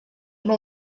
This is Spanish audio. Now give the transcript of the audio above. una